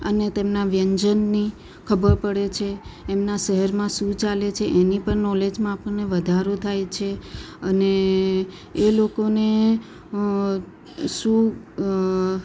અને તેમના વ્યંજનની ખબર પડે છે એમના શહેરમાં શું ચાલે છે એની પણ નોલેજમાં આપણને વધારો થાય છે અને એ લોકોને અ શું